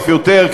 ואף יותר,